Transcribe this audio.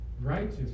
righteous